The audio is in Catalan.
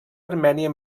armènia